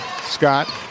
Scott